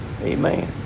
Amen